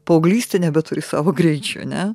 paauglystė nebeturi savo greičio ne